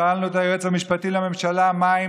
שאלנו את היועץ המשפטי לממשלה: מה עם